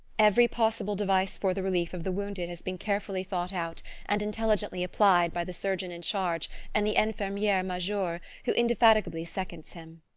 every possible device for the relief of the wounded has been carefully thought out and intelligently applied by the surgeon in charge and the infirmiere major who indefatigably seconds him.